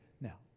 Now